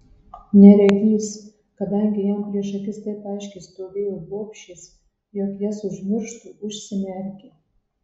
neregys kadangi jam prieš akis taip aiškiai stovėjo bobšės jog jas užmirštų užsimerkė